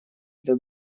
для